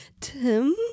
Tim